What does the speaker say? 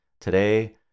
Today